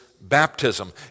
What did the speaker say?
baptism